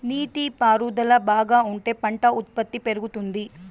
నీటి పారుదల బాగా ఉంటే పంట ఉత్పత్తి పెరుగుతుంది